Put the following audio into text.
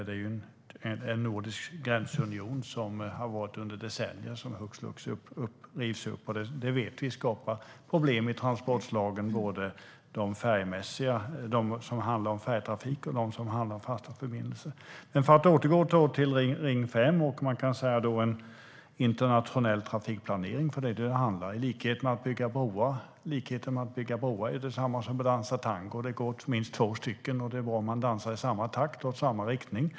Det är ju en nordisk gränsunion som varat i decennier som hux flux rivs upp, och det vet vi skapar problem för transportslagen, både färjetrafik och fasta förbindelser. Men för att återgå till Ring 5 och internationell trafikplanering, kan man säga, för det är vad det handlar om: Att bygga broar är som att dansa tango - det krävs minst två, och det är bra om man dansar i samma takt och i samma riktning.